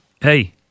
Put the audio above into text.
hey